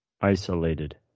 isolated